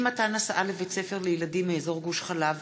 אי-מתן הסעה לבית-ספר לילדים מאזור גוש-חלב,